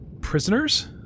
prisoners